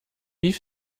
wie